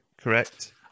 correct